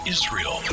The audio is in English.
Israel